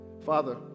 Father